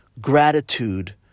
gratitude